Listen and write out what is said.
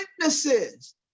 witnesses